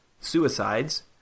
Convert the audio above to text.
suicides